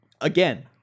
again